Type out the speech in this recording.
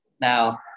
Now